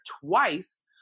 twice